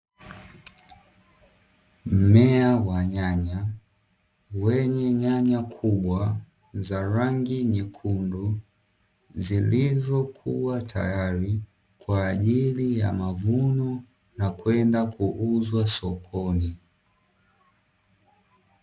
Mmea wa nyanya wenye nyanya kubwa za rangi nyekundu, zilizokuwa tayari kwa ajili ya mavuno na kwenda kuuzwa sokoni.